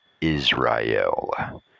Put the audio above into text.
Israel